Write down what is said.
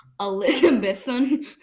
Elizabethan